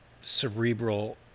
cerebral